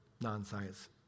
non-science